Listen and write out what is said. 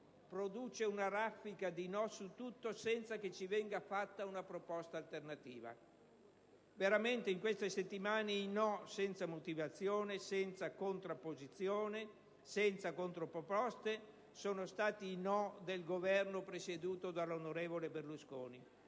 «produce una raffica di no su tutto senza che ci venga fatta una proposta alternativa». Veramente in queste settimane i no senza motivazione, senza controproposte, sono stati quelli del Governo presieduto dall'onorevole Berlusconi.